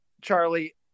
Charlie